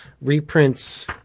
reprints